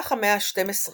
במהלך המאה ה־12,